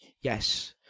yes,